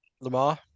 Lamar